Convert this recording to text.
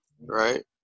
right